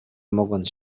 mogąc